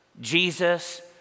Jesus